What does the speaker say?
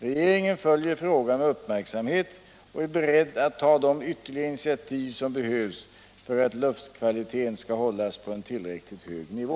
Regeringen följer frågan med uppmärksamhet och är beredd att ta de ytterligare initiativ som behövs för att luftkvaliteten skall hållas på en tillräckligt hög nivå.